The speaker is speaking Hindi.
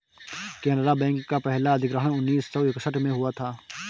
केनरा बैंक का पहला अधिग्रहण उन्नीस सौ इकसठ में हुआ था